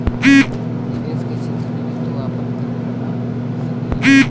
निवेश के क्षेत्र में भी तू आपन करियर बना सकेला